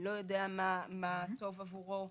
לא יודע מה טוב עבורו,